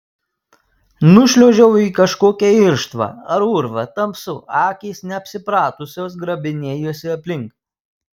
nušliuožiau į kažkokią irštvą ar urvą tamsu akys neapsipratusios grabinėjuosi aplink